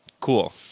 cool